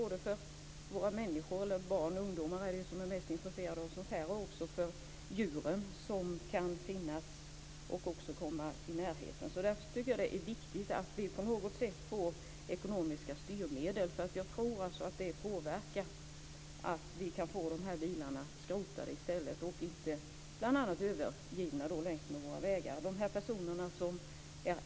Det gäller då främst för våra barn och ungdomar - de är mest intresserade av sådant här - men också för djur som kan komma i närheten. Därför är det viktigt att vi på något sätt får ekonomiska styrmedel, som jag tror kan påverka, så att vi får dessa bilar skrotade i stället för att de står övergivna bl.a. längs våra vägar.